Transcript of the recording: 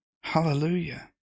Hallelujah